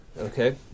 Okay